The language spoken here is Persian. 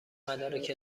مدارک